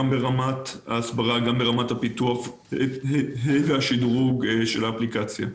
גם ברמת ההסברה וגם ברמת הפיתוח והשדרוג של האפליקציה,